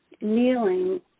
kneeling